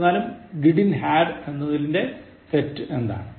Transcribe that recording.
എന്നിരുനാലും didn't had എന്നതിലെ തെറ്റ് എന്താണ്